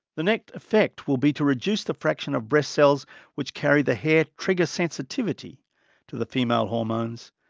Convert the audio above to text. the net effect will be to reduce the fraction of breast cells which carry the hair trigger sensitivity to the female hormones,